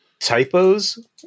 typos